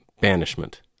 banishment